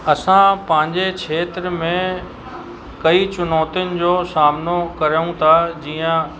असां पंहिंजे खेत्र में कई चुनौतियुनि जो सामनो करूं था जीअं